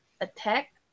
Attack